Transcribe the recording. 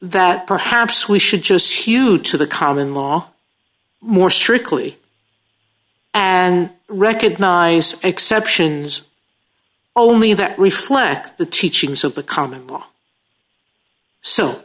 that perhaps we should just spew to the common law more strictly as and recognize exceptions only that reflect the teachings of the common law so